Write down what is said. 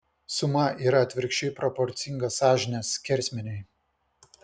suma yra atvirkščiai proporcinga sąžinės skersmeniui